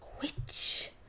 Witch